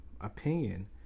opinion